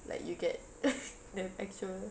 like you get the actual